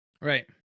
Right